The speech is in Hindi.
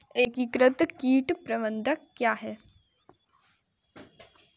एकीकृत कीट प्रबंधन क्या है?